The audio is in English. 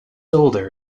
older